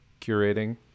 curating